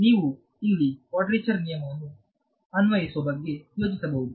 ನೀವು ಇಲ್ಲಿ ಕಾರ್ಡ್ರಿಚರ್ ನಿಯಮವನ್ನು ಅನ್ವಯಿಸುವ ಬಗ್ಗೆ ಯೋಚಿಸಬಹುದು